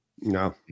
No